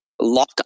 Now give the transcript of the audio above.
Lock